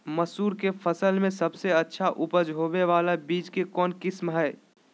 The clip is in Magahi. मसूर के फसल में सबसे अच्छा उपज होबे बाला बीज के कौन किस्म हय?